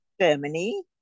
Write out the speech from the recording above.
Germany